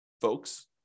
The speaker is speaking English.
folks